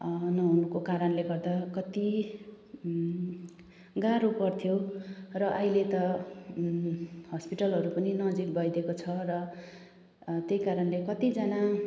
नहुनुको कारणले गर्दा कति गाह्रो पर्थ्यो र अहिले त हस्पिटलहरू पनि नजिक भएदिएको छ र त्यही कारणले कतिजना